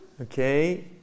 Okay